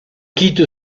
quitte